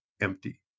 empty